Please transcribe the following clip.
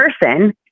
person